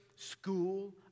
School